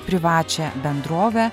privačią bendrovę